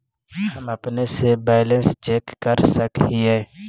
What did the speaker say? हम अपने से बैलेंस चेक कर सक हिए?